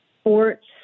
sports